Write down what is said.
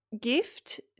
gift